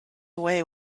away